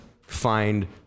find